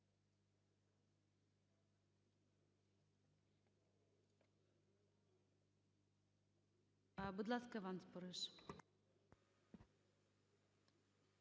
Будь ласка, Іван Спориш.